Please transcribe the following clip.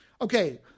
Okay